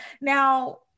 Now